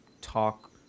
talk